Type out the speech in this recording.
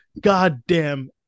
goddamn